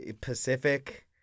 Pacific